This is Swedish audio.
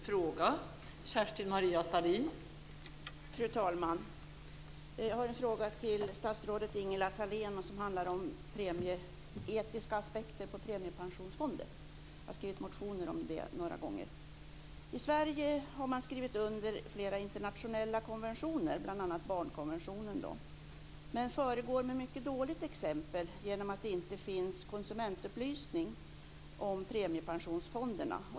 Fru talman! Jag har en fråga till statsrådet Ingela Thalén som handlar om etiska aspekter på premiepensionsfonder. Jag har skrivit motioner om det några gånger. I Sverige har man skrivit under flera internationella konventioner, bl.a. barnkonventionen, men föregår med mycket dåligt exempel genom att det inte finns konsumentupplysning om premiepensionsfonderna.